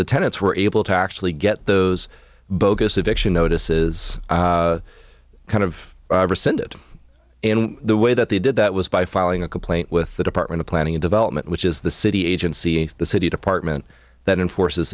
the tenants were able to actually get those bogus eviction notices kind of rescinded in the way that they did that was by filing a complaint with the department of planning and development which is the city agency and the city department that enforces